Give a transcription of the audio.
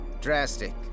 Drastic